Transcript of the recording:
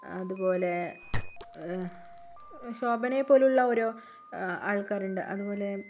അതുപോലെ ശോഭനയെപോലുള്ള ഓരോ ആൾക്കാർ ഉണ്ട് അതുപോലെ